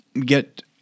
get